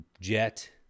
jet